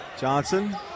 Johnson